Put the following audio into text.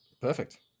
Perfect